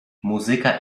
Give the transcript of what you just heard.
muzyka